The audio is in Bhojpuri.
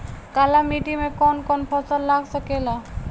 काली मिट्टी मे कौन कौन फसल लाग सकेला?